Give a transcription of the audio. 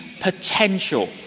potential